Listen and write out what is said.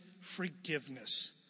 forgiveness